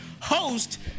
host